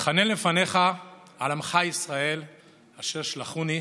מתחנן לפניך על עמך ישראל אשר שלחוני,